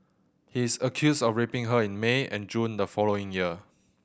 he is accused of raping her in May and June the following year